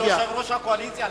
הוא יושב-ראש הקואליציה,